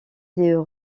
des